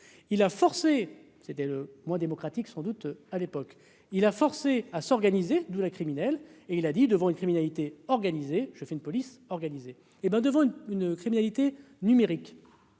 il a forcé. C'était le moins démocratique sans doute à l'époque, il a forcé à s'organiser, d'où la criminelle et il a dit devant une criminalité organisée, je fais une police organisée. Hé ben devant une criminalité numérique